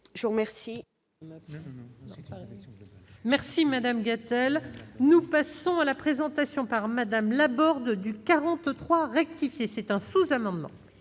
Je vous remercie